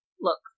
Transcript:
look